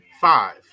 Five